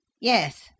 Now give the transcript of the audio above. Yes